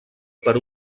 per